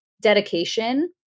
dedication